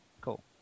Cool